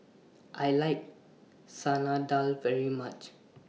I like Salad Dal very much